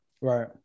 Right